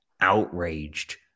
outraged